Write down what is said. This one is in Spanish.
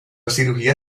cirugía